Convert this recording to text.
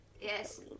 yes